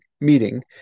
meeting